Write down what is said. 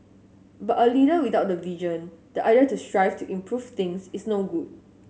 but a leader without the vision the idea to strive to improve things is no good